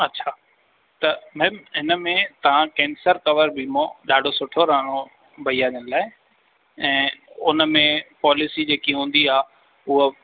अछा त मेम हिन में तव्हां कैंसर कवर वीमो ॾाढो सुठो रहंदो भैया जनि लाइ ऐं उनमें पॉलिसी जेकी हूंदी आहे उहा